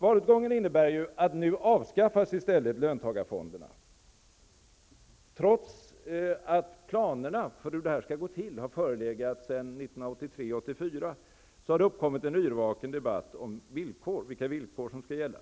Valutgången innebär att löntagarfonderna nu i stället avskaffas. Trots att planerna för hur det skall gå till har förelegat sedan 1983--1984 har det uppkommit en yrvaken debatt om vilka villkor som skall gälla.